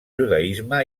judaisme